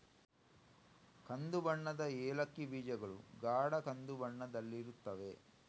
ಕಂದು ಬಣ್ಣದ ಏಲಕ್ಕಿ ಬೀಜಗಳು ಗಾಢ ಕಂದು ಬಣ್ಣದಲ್ಲಿರುತ್ತವೆ